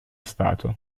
stato